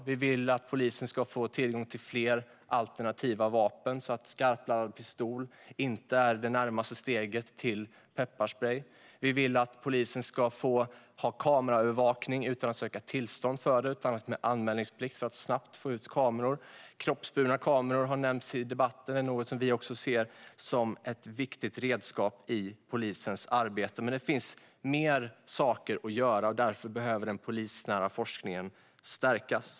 Vi vill att polisen ska få tillgång till fler alternativa vapen, så att skarpladdad pistol inte är det närmaste steget från pepparsprej. Vi vill att polisen ska få utföra kameraövervakning utan att söka tillstånd. I stället ska det finnas anmälningsplikt så att det snabbt går att få ut kameror. Kroppsburna kameror har nämnts i debatten. Det är något som vi också ser som ett viktigt redskap i polisens arbete. Men det finns mer saker att göra. Därför behöver den polisnära forskningen stärkas.